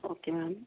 okay ma'am